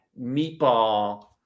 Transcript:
meatball